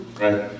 Right